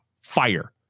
fire